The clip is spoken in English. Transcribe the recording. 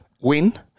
Win